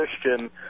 Christian